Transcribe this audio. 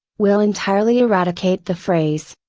will entirely eradicate the phrase,